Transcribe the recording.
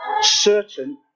certain